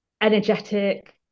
energetic